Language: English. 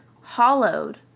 hollowed